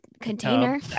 container